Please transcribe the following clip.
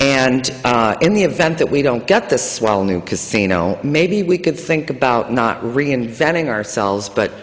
and in the event that we don't get this swell new casino maybe we could think about not reinventing ourselves but